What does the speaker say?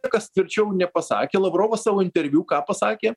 niekas tvirčiau nepasakė lavrovas savo interviu ką pasakė